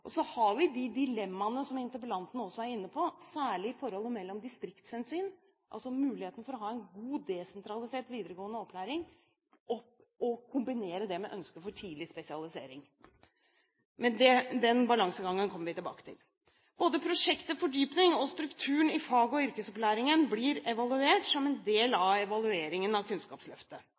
Så har vi de dilemmaene som interpellanten også er inne på, særlig det forhold å kombinere distriktshensyn, altså muligheten for å ha en god, desentralisert videregående opplæring, med ønsket om tidlig spesialisering. Men den balansegangen kommer vi tilbake til. Både prosjekt til fordypning og strukturen i fag- og yrkesopplæringen blir evaluert som en del av evalueringen av Kunnskapsløftet.